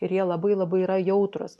ir jie labai labai yra jautrūs